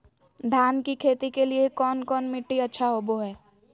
धान की खेती के लिए कौन मिट्टी अच्छा होबो है?